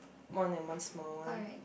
one and one small one